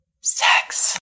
Sex